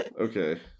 Okay